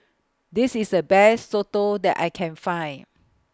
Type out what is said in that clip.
This IS The Best Soto that I Can Find